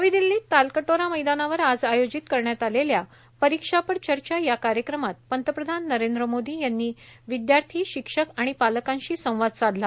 नवी दिल्लीत तालकटोरा मैदानावर आज आयोजित करण्यात आलेल्या परीक्षा पर चर्चा या कार्यक्रमात पंतप्रधान नरेंद्र मोदी यांनी विदयार्थी शिक्षक आणि पालकांशी संवाद साधला